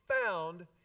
found